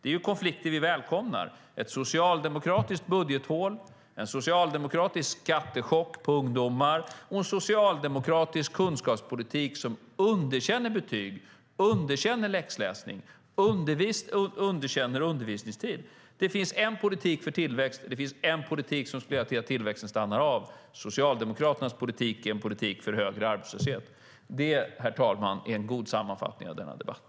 Det är konflikter som vi välkomnar: ett socialdemokratiskt budgethål, en socialdemokratisk skattechock för ungdomar och en socialdemokratisk kunskapspolitik som underkänner betyg, läxläsning och undervisningstid. Det finns en politik för tillväxt, och det finns en politik som gör att tillväxten stannar av. Socialdemokraternas politik är en politik för högre arbetslöshet. Det, herr talman, är en god sammanfattning av denna debatt.